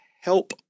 help